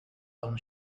own